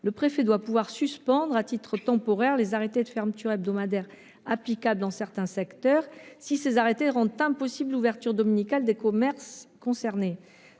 Le préfet doit pouvoir suspendre à titre temporaire les arrêtés de fermeture hebdomadaire applicables dans certaines professions s'ils rendent impossible l'ouverture dominicale des commerces concernés.